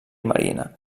marina